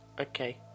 okay